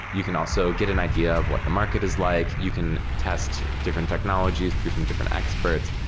you can also get an idea of what the market is like. you can test different technologies through some different experts.